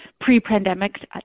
Pre-pandemic